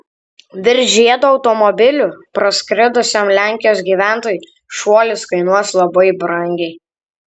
virš žiedo automobiliu praskridusiam lenkijos gyventojui šuolis kainuos labai brangiai